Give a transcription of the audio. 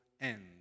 end